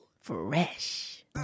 Fresh